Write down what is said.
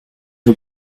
had